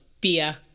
beer